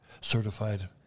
certified